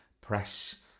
press